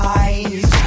eyes